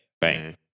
bang